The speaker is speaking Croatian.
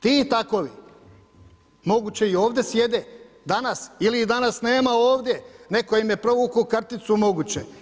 Ti i takovi moguće i ovdje sjede danas ili ih danas nema ovdje, netko im je provukao karticu moguće.